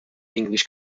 english